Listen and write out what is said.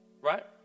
Right